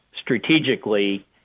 Strategically